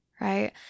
right